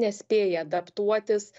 nespėja adaptuotis